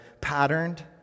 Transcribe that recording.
patterned